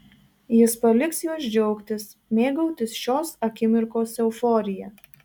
jis paliks juos džiaugtis mėgautis šios akimirkos euforija